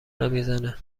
نمیزنه